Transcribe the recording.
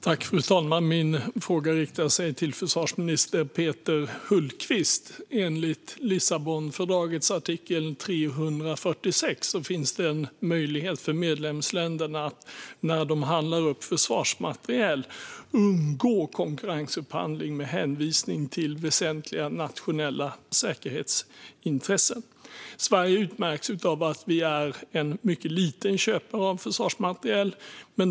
Fru talman! Min fråga riktas till försvarsminister Peter Hultqvist. Enligt Lissabonfördragets artikel 346 finns det en möjlighet för medlemsländerna, när de upphandlar försvarsmateriel, att undgå konkurrensupphandling med hänvisning till väsentliga nationella säkerhetsintressen. Sverige utmärks av att vi är en mycket liten köpare av försvarsmateriel.